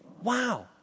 Wow